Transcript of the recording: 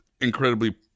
incredibly